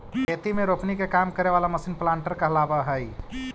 खेती में रोपनी के काम करे वाला मशीन प्लांटर कहलावऽ हई